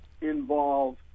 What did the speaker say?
involve